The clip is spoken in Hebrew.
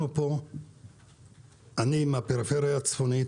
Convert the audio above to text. אני מהפריפריה הצפונית,